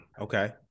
okay